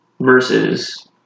versus